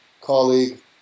colleague